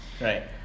Right